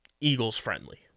Eagles-friendly